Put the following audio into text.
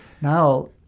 Now